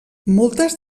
moltes